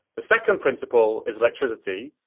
the second principle is electricity.